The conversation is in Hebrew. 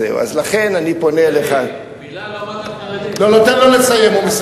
זאביק, מלה לא אמרת על חרדים.